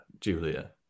Julia